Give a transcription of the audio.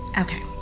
Okay